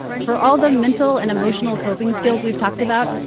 for all the mental and emotional coping skills we've talked about,